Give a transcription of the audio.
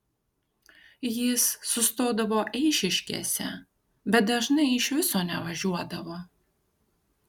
jis sustodavo eišiškėse bet dažnai iš viso nevažiuodavo